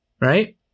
right